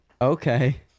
Okay